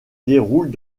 déroulent